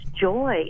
joy